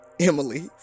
Emily